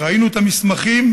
וראינו את המסמכים,